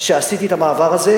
שעשיתי את המעבר הזה,